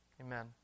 amen